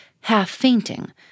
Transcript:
half-fainting